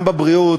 גם בבריאות,